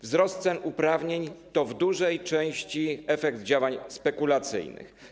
Wzrost cen uprawnień to w dużej części efekt działań spekulacyjnych.